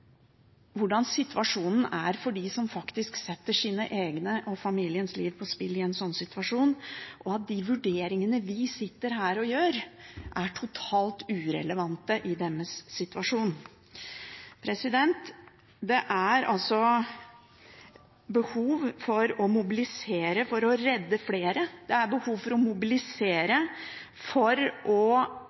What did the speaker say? hvordan situasjonen er for dem som faktisk setter sine egne og familiens liv på spill i en sånn situasjon, og at de vurderingene vi sitter her og gjør, er totalt irrelevante i deres situasjon. Det er behov for å mobilisere for å redde flere. Det er behov for å mobilisere for å